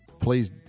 Please